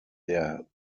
der